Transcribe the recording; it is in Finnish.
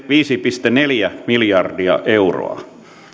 viisi pilkku neljä miljardia euroa